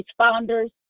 responders